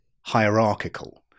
hierarchical